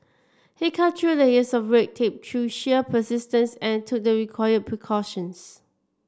he cut through layers of red tape through sheer persistence and took the required precautions